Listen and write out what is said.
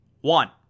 One